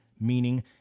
meaning